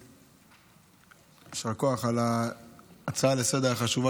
יישר כוח על ההצעה החשובה לסדר-היום,